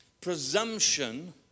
presumption